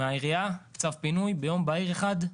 מהעירייה, צו פינוי, ביום בהיר אחד.